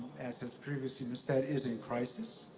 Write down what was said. as has previously been said, is in crisis,